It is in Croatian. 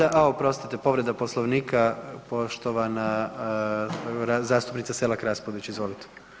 A oprostite, povreda Poslovnika, poštovana zastupnica Selak Raspudić, izvolite.